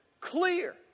clear